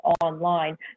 online